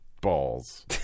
balls